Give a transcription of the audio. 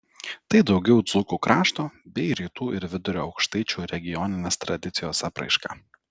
tai daugiau dzūkų krašto bei rytų ir vidurio aukštaičių regioninės tradicijos apraiška